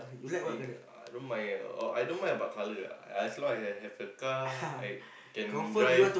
I don't mind ah uh I don't mind about colour lah as long as I have the car I can drive